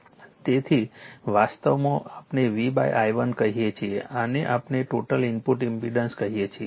તેથી આને વાસ્તવમાં આપણે V i1 કહીએ છીએ આને આપણે ટોટલ ઇનપુટ ઇમ્પીડેન્સ કહીએ છીએ